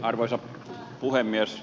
arvoisa puhemies